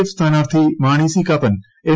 F സ്ഥാനാർത്ഥി Mani C Kappan N